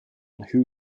who